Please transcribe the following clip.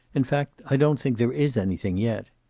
in fact, i don't think there is anything yet.